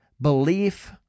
belief